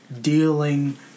dealing